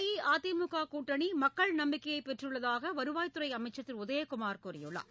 அஇஅதிமுக கூட்டணி மக்கள் நம்பிக்கையை பெற்றுள்ளதாக வருவாய் துறை அமைச்சர் திரு உதயக்குமார் கூறியுள்ளார்